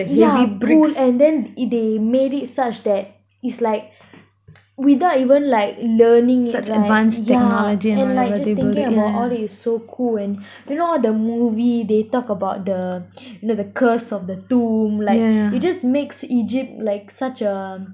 yeah pull and then it they made it such that is like without even like learning it like yeah and like just thinking about all this is so cool and you know the movie they talk about the the curse of the tomb like you just makes egypt like such a